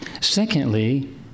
Secondly